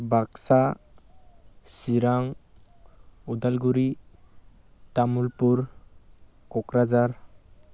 Baksa Chirang Udalguri Tamulpur Kokrajhar